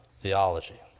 theology